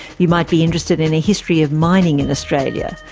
you might be interested in a history of mining in australia.